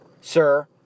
sir